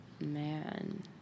Man